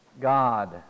God